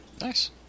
nice